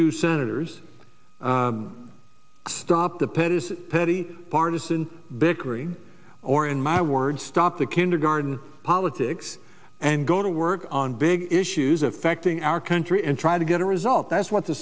you senators stop the pettus petty partisan bickering or in my words stop the kindergarten politics and go to work on big issues affecting our country and try to get a result that's what